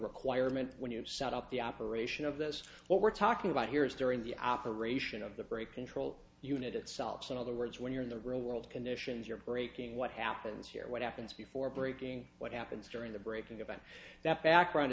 requirement when you set up the operation of this what we're talking about here is during the operation of the brake control unit itself in other words when you're in the real world conditions you're braking what happens here what happens before braking what happens during the braking about that background